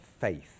faith